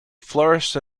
flourished